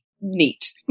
neat